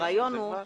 הרעיון הוא,